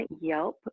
Yelp